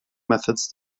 methods